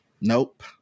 Nope